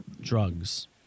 Drugs